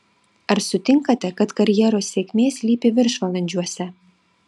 ar sutinkate kad karjeros sėkmė slypi viršvalandžiuose